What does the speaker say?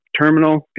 terminal